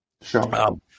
Sure